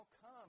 come